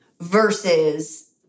Versus